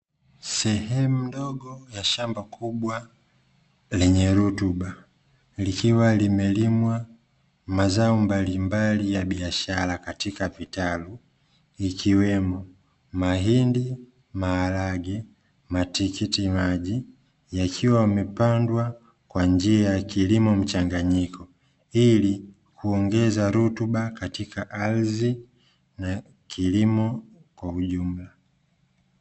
Sehemu ndogo ya shamba kubwa lenye rutuba, likiwa limelimwa mazao mbalimbali ya biashara katika vitalu ikiwemo mahindi, maharage, matikiti maji yakiwa yamepandwa kwa njia ya kilimo mchanganyiko ili kuongeza rutuba katika ardhi na kilimo kwa ujumla.